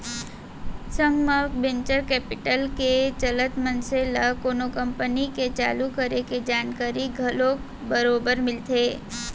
संग म venture capital के चलत मनसे ल कोनो कंपनी के चालू करे के जानकारी घलोक बरोबर मिलथे